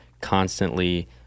constantly